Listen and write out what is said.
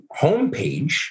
homepage